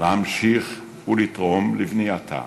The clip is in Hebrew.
להמשיך ולתרום לבנייתה,